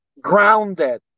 grounded